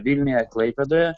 vilniuje klaipėdoje